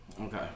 Okay